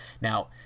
Now